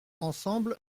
ensemble